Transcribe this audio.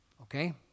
okay